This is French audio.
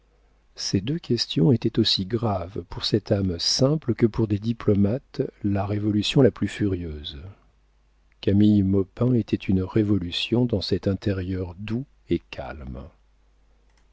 ces deux questions étaient aussi graves pour cette âme simple que pour des diplomates la révolution la plus furieuse camille maupin était une révolution dans cet intérieur doux et calme